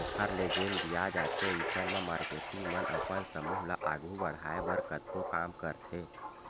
ओखर ले जेन बियाज आथे अइसन म मारकेटिंग मन अपन समूह ल आघू बड़हाय बर कतको काम करथे